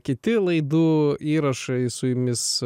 kiti laidų įrašai su jumis